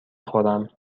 خورم